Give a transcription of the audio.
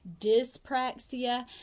dyspraxia